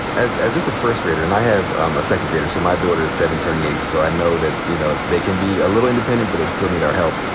as as just a first grader, and i have um a second grader. so my daughter is seven turning eight. so i know that, you know, they can be a little independent, but they still need our help.